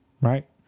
right